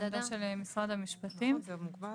הוא לא בהכרח יודע.